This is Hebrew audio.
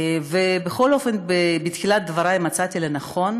ובכל אופן בתחילת דברי מצאתי לנכון